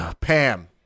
Pam